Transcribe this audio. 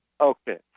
Okay